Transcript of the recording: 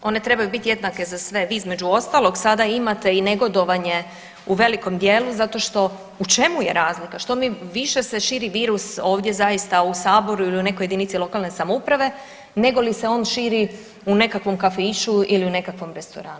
One trebaju biti jednake za sve, između ostalog sada imate i negodovanje u velikom dijelu, zato što, u čemu je razlika, što mi više se širi virus, ovdje zaista u Saboru ili u nekoj jedinici lokalne samouprave nego li se on širi u nekakvom kafiću ili u nekakvom restoranu.